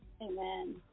Amen